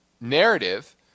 narrative